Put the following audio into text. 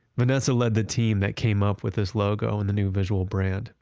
vanessa led the team that came up with this logo and the new visual brand.